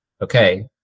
okay